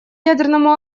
ядерному